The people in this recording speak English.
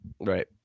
Right